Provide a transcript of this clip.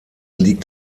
liegt